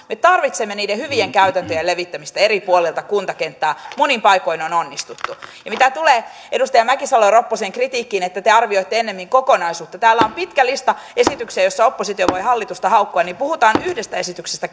me tarvitsemme niiden hyvien käytäntöjen levittämistä eri puolilta kuntakenttää monin paikoin on onnistuttu mitä tulee edustaja mäkisalo ropposen kritiikkiin että te arvioitte ennemmin kokonaisuutta niin kun täällä on pitkä lista esityksiä joista oppositio voi hallitusta haukkua niin puhutaan nyt yhdestä esityksestä